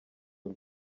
bwe